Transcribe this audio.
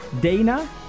dana